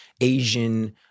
asian